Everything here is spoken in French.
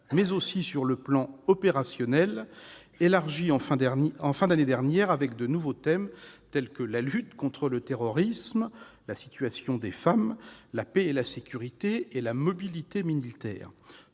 et sur le plan opérationnel, élargis à la fin de l'année dernière à de nouveaux thèmes tels que la lutte contre le terrorisme, la situation des femmes, la paix et la sécurité, et la mobilité militaire.